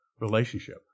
relationship